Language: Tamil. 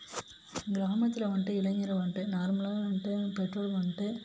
கிராமத்தில் வந்துட்டு இளைஞர்கள் வந்துட்டு நார்மலாக வந்துட்டு பெற்றோர்கள் வந்துட்டு